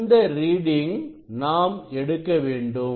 அந்த ரீடிங் நாம் எடுக்க வேண்டும்